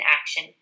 action